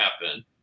happen